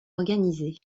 organisée